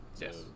Yes